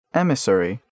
emissary